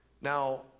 Now